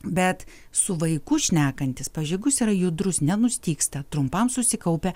bet su vaiku šnekantis pavyzdžiui jeigu jis yra judrus nenustygsta trumpam susikaupia